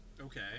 Okay